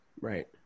Right